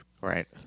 Right